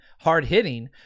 hard-hitting